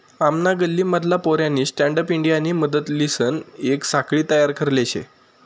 आमना गल्ली मधला पोऱ्यानी स्टँडअप इंडियानी मदतलीसन येक साखळी तयार करले शे